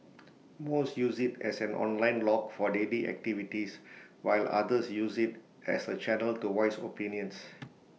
most use IT as an online log for daily activities while others use IT as A channel to voice opinions